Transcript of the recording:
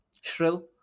Shrill